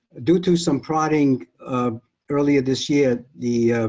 due to some prodding earlier this year, the